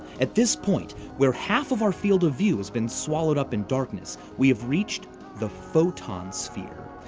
at this point, where half of our field of view has been swallowed up in darkness, we have reached the photon sphere.